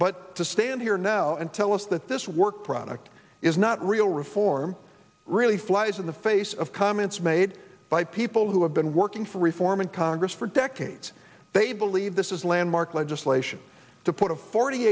but to stand here now and tell us that this work product is not real reform really flies in the face of comments made by people who have been working for reform in congress for decades they believe this is landmark legislation to put a forty